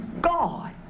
God